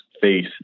face